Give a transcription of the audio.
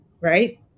right